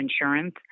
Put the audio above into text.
insurance